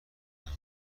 کرده